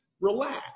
Relax